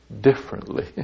differently